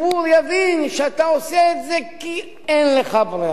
יבין שאתה עושה את זה כי אין לך ברירה.